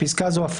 בפסקה זו,